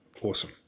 Awesome